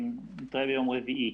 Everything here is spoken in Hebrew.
נתראה יום רביעי.